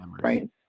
right